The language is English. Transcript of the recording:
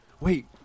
Wait